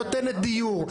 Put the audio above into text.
נותנת דיור,